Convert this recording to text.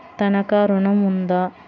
తనఖా ఋణం ఉందా?